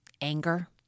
anger